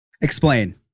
Explain